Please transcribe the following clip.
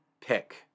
pick